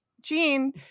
Gene